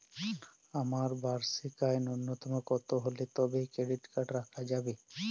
আমার বার্ষিক আয় ন্যুনতম কত হলে তবেই ক্রেডিট কার্ড রাখা যাবে?